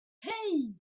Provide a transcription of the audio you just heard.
hey